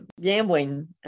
gambling